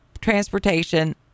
transportation